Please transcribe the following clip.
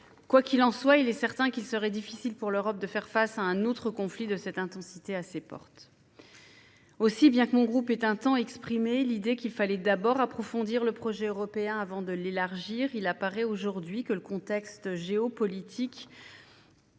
Quoi qu'il en soit, il est certain qu'il serait difficile pour l'Europe de faire face à un autre conflit de cette intensité à ses portes. Aussi, bien que le groupe RDSE ait un temps exprimé l'idée qu'il fallait d'abord approfondir le projet européen avant de l'élargir, il apparaît aujourd'hui que le contexte géopolitique